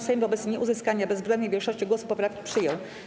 Sejm wobec nieuzyskania bezwzględnej większości głosów poprawki przyjął.